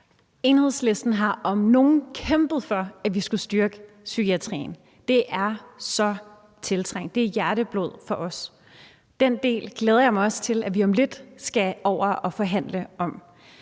Enhedslisten har om nogen kæmpet for, at vi skulle styrke psykiatrien. Det er så tiltrængt, det er hjerteblod for os, og den del glæder jeg mig også til at vi om lidt skal over og forhandle om.